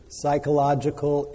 psychological